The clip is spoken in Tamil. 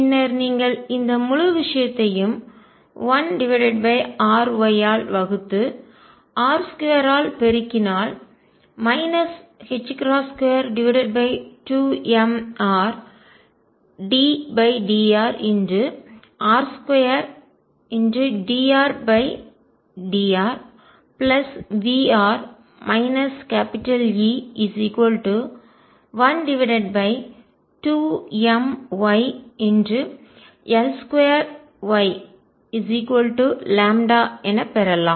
பின்னர் நீங்கள் இந்த முழு விஷயத்தையும் 1 RY ஆல் வகுத்து r2 ஆல் பெருக்கினால் 22m1Rddrr2dRdrVr E12mYL2Yλ என பெறலாம்